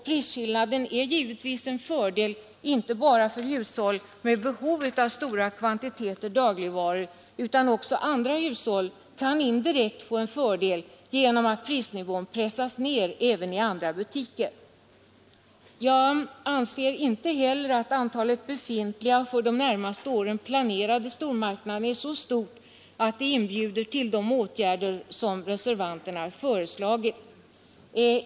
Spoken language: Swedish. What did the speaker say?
Prisskillnaden är givetvis en fördel för hushåll med behov av stora kvantiteter dagligvaror. Också andra hushåll kan indirekt få en fördel genom att prisnivån pressas ner även i andra butiker. Jag anser inte heller att antalet befintliga och för de närmaste åren planerade stormarknader är så stort att det inbjuder till de åtgärder som reservanterna föreslagit.